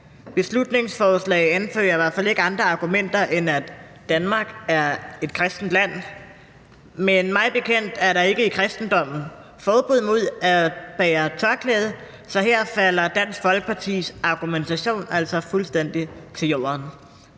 Beslutningsforslaget anfører i hvert fald ikke andre argumenter, end at Danmark er et kristent land, men mig bekendt er der ikke i kristendommen forbud mod at bære tørklæde, så her falder Dansk Folkepartis argumentation altså fuldstændig til jorden.